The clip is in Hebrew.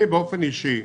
אני באופן אישי,